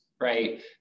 right